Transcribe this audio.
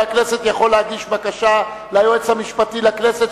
הכנסת יכול להגיש בקשה ליועץ המשפטי לכנסת,